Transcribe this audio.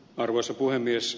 arvoisa puhemies